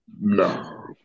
No